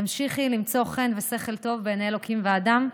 תמשיכי למצוא חן ושכל טוב בעיני אלוקים ואדם.